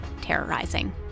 terrorizing